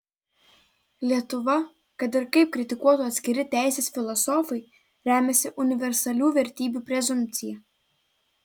lietuva kad ir kaip kritikuotų atskiri teisės filosofai remiasi universalių vertybių prezumpcija